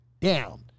down